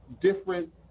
different